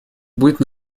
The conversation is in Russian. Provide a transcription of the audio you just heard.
будет